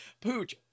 pooch